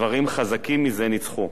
דברים חזקים מזה ניצחו,